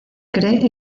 cree